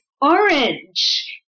orange